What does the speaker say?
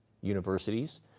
universities